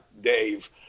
Dave